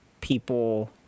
people